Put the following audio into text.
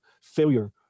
failure